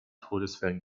todesfällen